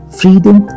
freedom